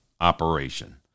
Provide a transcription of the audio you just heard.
operation